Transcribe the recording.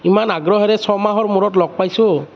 ইমান আগ্ৰহেৰে ছমাহৰ মূৰত লগ পাইছোঁ